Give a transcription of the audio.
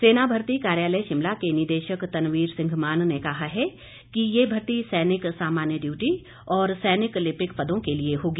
सेना भर्ती कार्यालय शिमला के निदेशक तनवीर सिंह मान ने कहा है कि ये भर्ती सैनिक सामान्य ड्यूटी और सैनिक लिपिक पदों के लिए होगी